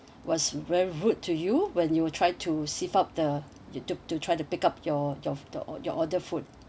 was very rude to you when you try to up the to to to try to pick up your your your order food